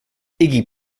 iggy